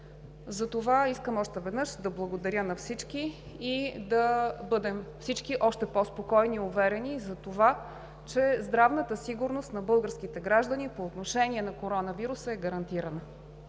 Искам още веднъж да благодаря на всички и да бъдем още по спокойни и уверени, че здравната сигурност на българските граждани по отношение на коронавируса е гарантирана.